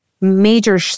major